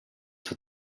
with